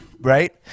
Right